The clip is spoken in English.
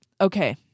okay